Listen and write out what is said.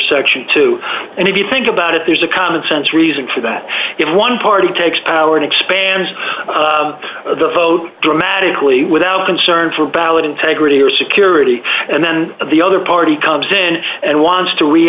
section two and if you think about it there's a common sense reason to that if one party takes power and expands the vote dramatically without concern for ballot integrity or security and then the other party comes in and wants to re